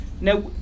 now